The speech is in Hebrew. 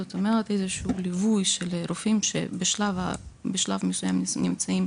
זאת אומרת איזשהו ליווי של רופאים שבשלב מסוים נמצאים